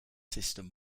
system